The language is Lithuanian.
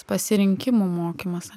pasirinkimo mokymas